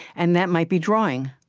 and that might be drawing.